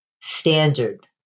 standard